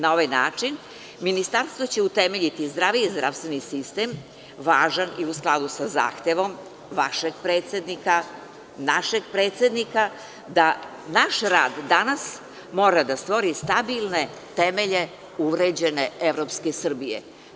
Na ovaj način Ministarstvo će utemeljiti zdraviji zdravstveni sistem važan i u skladu sa zahtevom vašeg predsednika, našeg predsednika, da naš rad danas mora da stvori stabilne temelje uređene evropske Srbije.